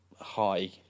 high